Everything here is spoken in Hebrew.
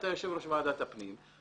אתה יושב ראש ועדת הפנים,